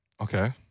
Okay